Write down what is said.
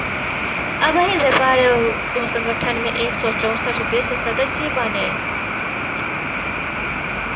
अबही विश्व व्यापार संगठन में एक सौ चौसठ देस सदस्य बाने